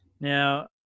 Now